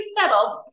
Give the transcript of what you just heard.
settled